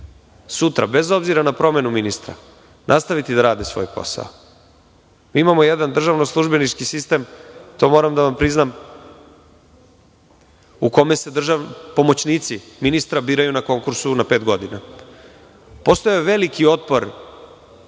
sutra bez obzira na promenu ministra nastaviti da rade svoj posao. Mi imamo jedan državno-službenički sistem, to moram da vam priznam, u kome se pomoćnici ministra biraju na konkursu na pet godina. Postojao je veliki otpor